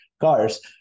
cars